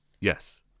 Yes